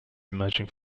emerging